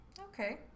Okay